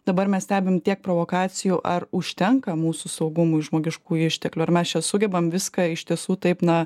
dabar mes stebim tiek provokacijų ar užtenka mūsų saugumui žmogiškųjų išteklių ar mes čia sugebam viską iš tiesų taip na